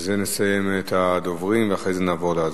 בזה נסיים את הדוברים ונעבור להצבעה.